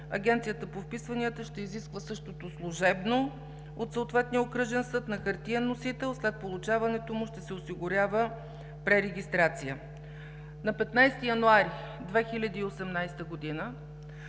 Агенцията по вписванията ще изисква същото служебно от съответния окръжен съд на хартиен носител. След получаването му ще се осигурява пререгистрация. На 15 януари 2018 г.